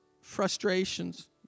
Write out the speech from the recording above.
frustrations